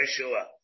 Yeshua